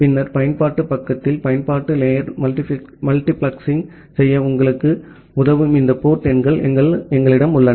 பின்னர் பயன்பாட்டு பக்கத்தில் பயன்பாட்டு லேயர் மல்டிபிளெக்சிங் செய்ய உங்களுக்கு உதவும் இந்த போர்ட் எண்கள் எங்களிடம் உள்ளன